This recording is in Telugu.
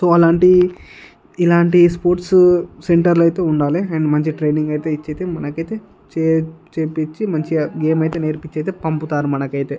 సో అలాంటి ఇలాంటి స్పోర్ట్స్ సెంటర్లు అయితే ఉండాలి అండ్ మంచిగా ట్రైనింగ్ అయితే ఇచ్చి అయితే మనకైతే చే చేయించి మంచిగా గేమ్ అయితే నేర్పించి అయితే పంపుతారు మనకైతే